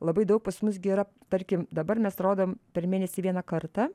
labai daug pas mus gi yra tarkim dabar mes rodom per mėnesį vieną kartą